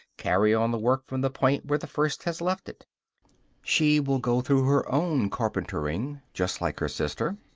carry on the work from the point where the first has left it she will go through her own carpentering, just like her sister,